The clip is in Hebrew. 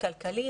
כלכלי,